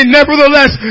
nevertheless